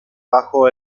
bajo